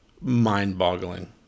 mind-boggling